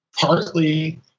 partly